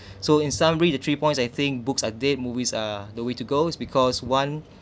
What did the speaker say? so in summary the three points I think books are dead movies are the way to go is because one